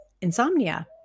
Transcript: insomnia